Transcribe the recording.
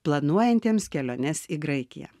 planuojantiems keliones į graikiją